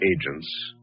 agents